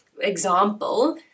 example